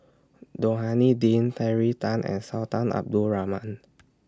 Rohani Din Terry Tan and Sultan Abdul Rahman